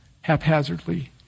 haphazardly